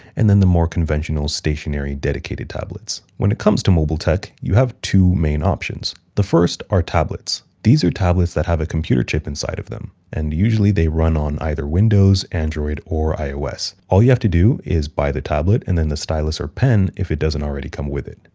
and then the more conventional stationary dedicated tablets. when it comes to mobile tech, you have two main options. the first are tablets. these are tablets that have a computer chip inside of them and usually they run on either windows, android or ios. all you have to do is buy the tablet and then the stylus or pen if it doesn't already come with it.